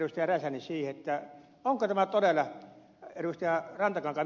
räsänen siihen onko tämä todella ed